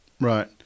right